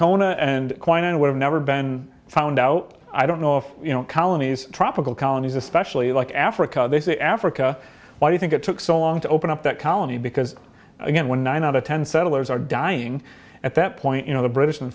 kona and quinine would have never been found out i don't know of colonies tropical colonies especially like africa they say africa why you think it took so long to open up that colony because again when nine out of ten settlers are dying at that point you know the british